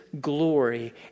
glory